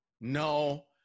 No